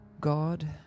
God